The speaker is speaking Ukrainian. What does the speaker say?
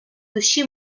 душі